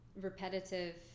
repetitive